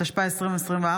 התשפ"ה 2024,